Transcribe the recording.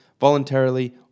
voluntarily